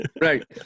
Right